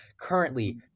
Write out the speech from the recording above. Currently